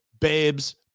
babes